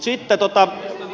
mutta sitten